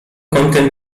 kątem